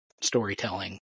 storytelling